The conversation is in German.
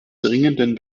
dringenden